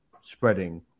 spreading